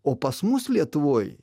o pas mus lietuvoj